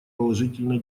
положительная